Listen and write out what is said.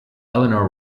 eleanor